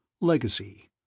Legacy